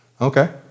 Okay